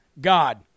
God